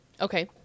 Okay